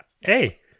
Hey